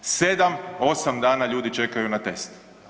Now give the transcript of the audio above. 7-8 dana ljudi čekaju na test.